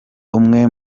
umwe